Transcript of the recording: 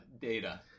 data